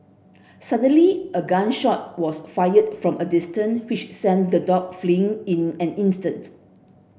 suddenly a gun shot was fired from a distance which sent the dog fleeing in an instant